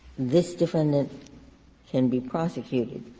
this defendant can be prosecuted,